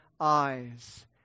eyes